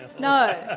no?